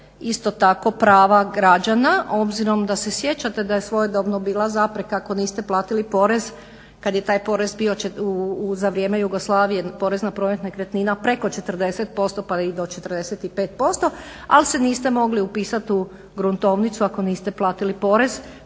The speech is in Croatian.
isto tako prava građana obzirom da se sjećate da je svojedobno bila zapreka ako niste platili porez kada je taj porez bio za vrijeme Jugoslavije, porez na promet nekretnina preko 40% pa i do 45% ali se niste mogli upisati u gruntovnicu ako niste platili porez